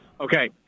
Okay